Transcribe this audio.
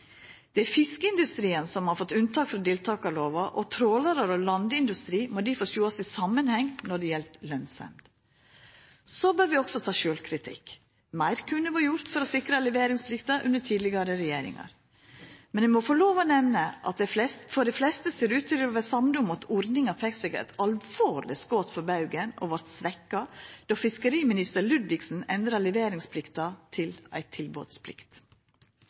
Det er fiskeindustrien som har fått unntak frå deltakarlova. Trålarar og landindustri må difor sjåast i samanheng når det gjeld lønsemd. Så bør vi også ta sjølvkritikk. Meir kunne vore gjort under tidlegare regjeringar for å sikra leveringsplikta. Men eg må få lov til å nemna at dei fleste ser ut til å vera samde om at ordninga fekk seg eit alvorleg skot for baugen og vart svekt då tidlegare fiskeriminister Ludvigsen endra leveringsplikta til ei